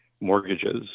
mortgages